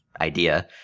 idea